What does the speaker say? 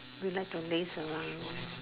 we like to laze around